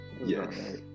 yes